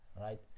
right